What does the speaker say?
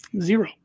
zero